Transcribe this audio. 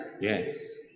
Yes